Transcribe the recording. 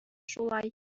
шулай